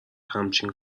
همچین